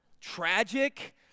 Tragic